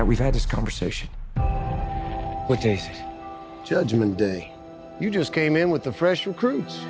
we've had this conversation which is judgement day you just came in with the fresh recruits